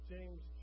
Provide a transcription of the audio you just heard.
James